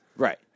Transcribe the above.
Right